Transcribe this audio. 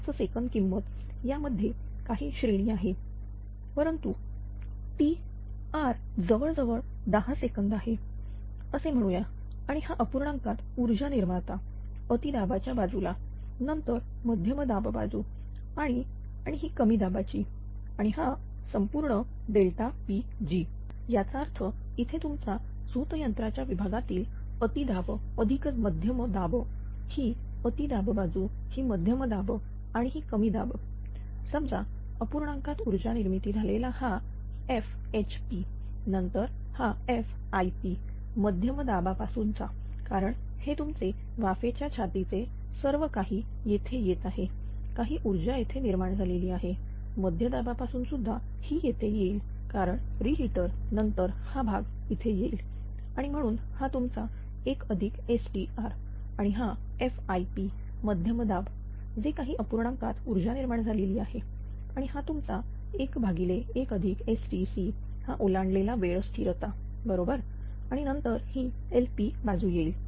5 second किंमत यामध्ये काही श्रेणी आहे परंतु Tr जवळ जवळ 10 सेकंद आहे असे म्हणू या आणि हा अपूर्णांकात ऊर्जा निर्माता अति दाबाच्या बाजूला नंतर मध्य बाजू आणि आणि ही कमी दाबाची आणि हा संपूर्ण Pg याचा अर्थ इथे तुमचा झोत यंत्राच्या विभागातील अति दाब अधिक मध्यम दाब ही अति दाब बाजू ही मध्यम दाब आणि ही कमी दाब समजा अपूर्णांकात ऊर्जा निर्मिती झालेला हा FHP नंतर हा FIP मध्यम दाबा पासूनचा कारण हे तुमचे वाफेच्या छातीचे सर्व काही येथे येत आहे काही ऊर्जा इथे निर्माण झालेली आहे मध्य दाब पासून सुद्धा ही येथे येईल कारण रि हिटर नंतर हा भाग इथे येईल आणि म्हणून हा तुमचा 1STr आणि हा FIP मध्यम दाब जे काही अपूर्णांकात ऊर्जा निर्माण झालेली आहे आणि हा तुमचा 11STC हा ओलांडलेला वेळ स्थिरता बरोबर आणि नंतर ही LP बाजू येईल